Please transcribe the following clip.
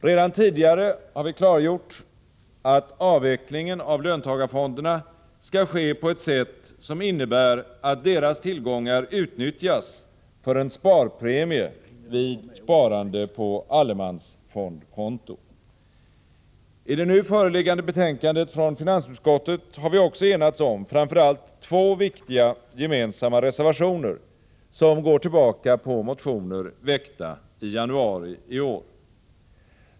Redan tidigare har vi klargjort att avvecklingen av löntagarfonderna skall ske på ett sätt som innebär att deras tillgångar utnyttjas för en sparpremie vid sparande på allemansfondkonto. I det nu föreliggande betänkandet från finansutskottet har vi också enats om framför allt två viktiga gemensamma reservationer, som går tillbaka på motioner väckta i januari i år.